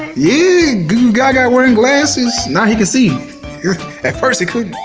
yeah googoogaga wearing glasses now he can see at first he couldn't.